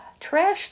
trashed